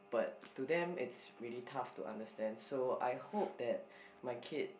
but to them is really tough to understand so I hope that my kid